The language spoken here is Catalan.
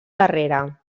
darrere